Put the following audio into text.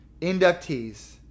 inductees